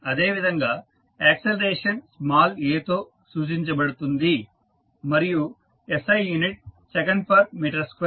అదేవిధంగా acceleration small a తో సూచించబడుతుంది మరియు SI unit second per metre square